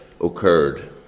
occurred